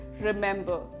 remember